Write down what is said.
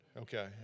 Okay